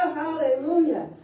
hallelujah